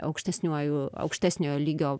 aukštesniuoju aukštesniojo lygio